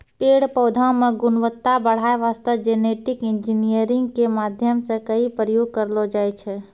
पेड़ पौधा मॅ गुणवत्ता बढ़ाय वास्तॅ जेनेटिक इंजीनियरिंग के माध्यम सॅ कई प्रयोग करलो जाय छै